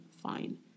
fine